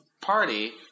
party